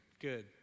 Good